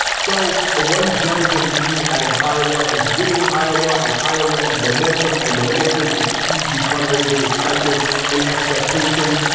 so a one delegate lead out of iowa is winning iowa and iowa is momentum. and momentum is key to fundraising, excitement and expectations.